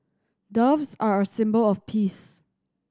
doves are a symbol of peace